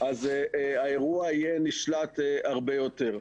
האירוע יהיה נשלט הרבה יותר.